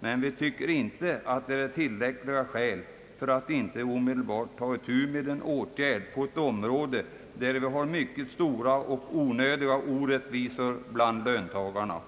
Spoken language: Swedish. men vi tycker inte att det är tillräckliga skäl för att inte omedelbart ta itu med en åtgärd på ett område där det råder mycket stora och onödiga orättvisor bland löntagarna.